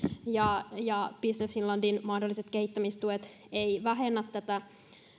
ja ja että business finlandin mahdolliset kehittämistuet eivät vähennä tätä